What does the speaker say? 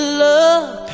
love